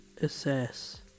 assess